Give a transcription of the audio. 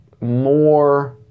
more